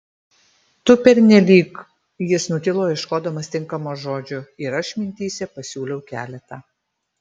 tu pernelyg jis nutilo ieškodamas tinkamo žodžio ir aš mintyse pasiūliau keletą